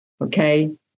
okay